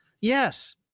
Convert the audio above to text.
Yes